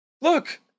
Look